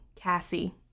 Cassie